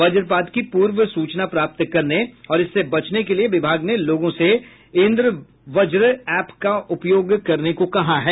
वज्रपात की पूर्व सूचना प्राप्त करने और इससे बचने के लिए विभाग ने लोगों से इंद्रवज् एप का उपयोग करने को कहा है